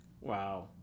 Wow